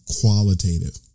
qualitative